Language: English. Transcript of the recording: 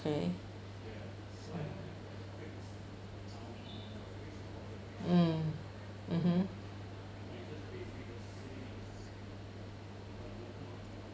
K mm mmhmm